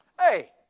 hey